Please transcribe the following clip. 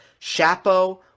Chapo